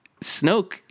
Snoke